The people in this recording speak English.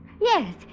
Yes